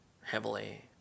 heavily